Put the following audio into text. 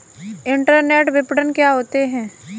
Internet विपणन क्या होता है?